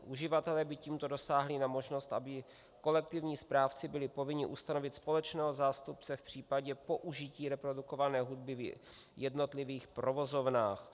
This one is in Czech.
Uživatelé by tímto dosáhli na možnost, aby kolektivní správci byli povinni ustanovit společného zástupce v případě použití reprodukované hudby v jednotlivých provozovnách.